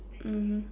mmhmm